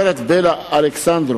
לדברי הגברת בלה אלכסנדרוב,